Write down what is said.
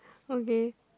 okay